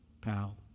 pal